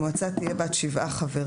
המועצה תהיה בת 7 חברים,